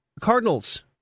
Cardinals